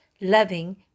loving